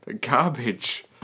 garbage